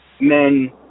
men